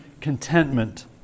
contentment